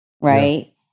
Right